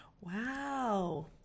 Wow